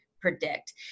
predict